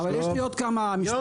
אבל יש לי עוד כמה משפטים.